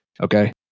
Okay